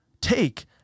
take